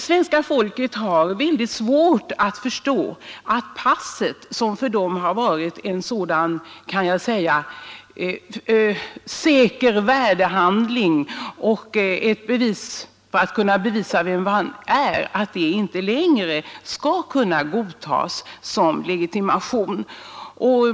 Svenska folket har svårt att förstå att passet, som alltid varit en säker handling för att bevisa vem man är, nu inte längre skall godtas som legitimation.